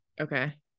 Okay